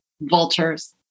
Vultures